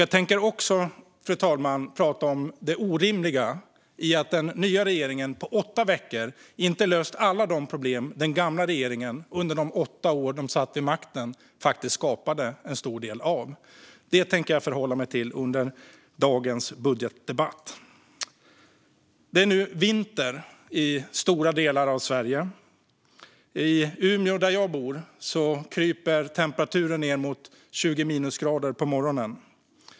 Jag tänker även prata om det orimliga i att den nya regeringen på åtta veckor skulle kunna lösa alla de problem som den gamla regeringen under de åtta år de satt vid makten faktiskt skapade en stor del av. Detta tänker jag förhålla mig till under dagens budgetdebatt. Det är nu vinter i stora delar av Sverige. I Umeå, där jag bor, kryper temperaturen ned mot 20 minusgrader på morgonen.